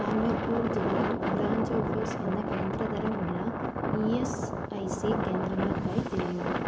ഹാമിർപൂർ ജില്ലയിൽ branch office എന്ന കേന്ദ്രതരം ഉള്ള ഇ എസ് ഐ സി കേന്ദ്രങ്ങൾക്കായി തിരയുക